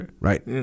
right